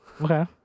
Okay